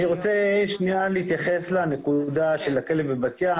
אני רוצה להתייחס למקרה של הכלב בבת ים.